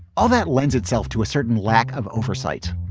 all that lends itself to a certain lack of oversight,